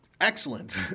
excellent